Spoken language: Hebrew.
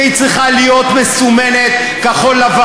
שהיא צריכה להיות מסומנת "כחול-לבן",